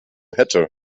hätte